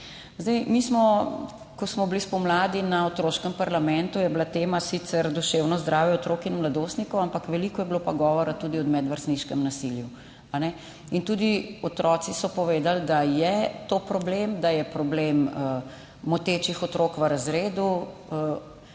naredimo. Ko smo bili spomladi na otroškem parlamentu, je bila tema sicer duševno zdravje otrok in mladostnikov, ampak veliko je bilo pa govora tudi o medvrstniškem nasilju. Tudi otroci so povedali, da je to problem, da je problem motečih otrok v razredu.